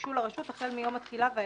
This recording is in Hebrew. שהוגשו לרשות החל ביום התחילה ואילך".